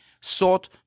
sought